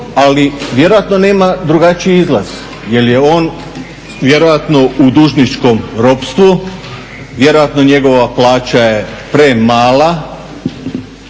ali vjerojatno nema drugačiji izlaz jel je on vjerojatno u dužničkom ropstvu, vjerojatno njegova plaća je premala